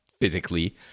physically